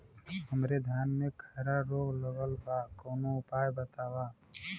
हमरे धान में खैरा रोग लगल बा कवनो उपाय बतावा?